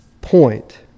point